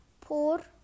poor